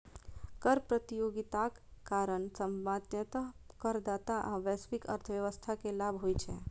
कर प्रतियोगिताक कारण सामान्यतः करदाता आ वैश्विक अर्थव्यवस्था कें लाभ होइ छै